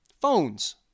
phones